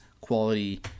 quality